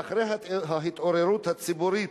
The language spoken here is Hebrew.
ואחרי ההתעוררות הציבורית,